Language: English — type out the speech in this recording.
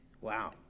Wow